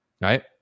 right